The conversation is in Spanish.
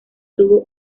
tuvo